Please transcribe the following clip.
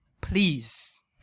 Please